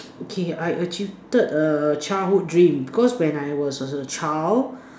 okay I achieved a childhood dream because when I was a child